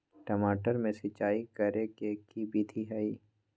टमाटर में सिचाई करे के की विधि हई?